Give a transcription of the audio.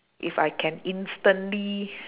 if I can instantly